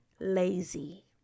lazy